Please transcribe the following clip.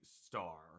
star